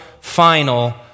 final